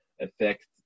affect